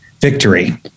Victory